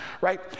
Right